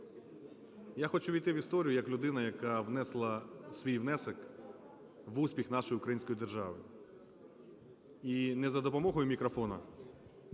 Я хочу ввійти в історію як людина, яка внесла свій внесок в успіх нашої української держави і не за допомогою мікрофона,